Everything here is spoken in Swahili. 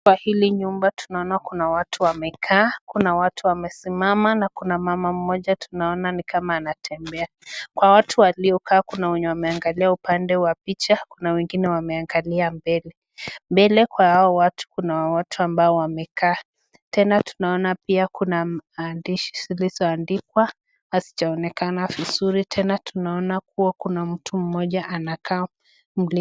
kwa hili nyumba tunaona kuna watu wamekaa, kuna watu wamesimama na kuna mama mmoja tunaona ni kama anatembea. Kwa watu waliokaa kuna wenye wameangalia upande wa picha, kuna wengine wameangalia mbele. Mbele kwa hao watu kuna watu ambao wamekaa. Tena tunaona pia kuna maandishi zilizokuwa zimeandikwa azijaonekana vizuri. Tena tunaona kuwa kuna mtu mmoja anaka.